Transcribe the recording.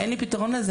אין לי פתרון לזה.